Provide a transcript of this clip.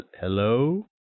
hello